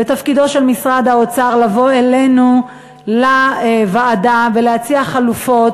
ותפקידו של משרד האוצר לבוא אלינו לוועדה ולהציע חלופות.